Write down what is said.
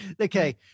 Okay